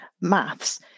maths